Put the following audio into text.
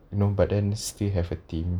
you know but then still have a theme